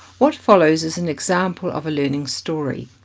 what follows is an example of a learning story.